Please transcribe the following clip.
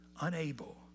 unable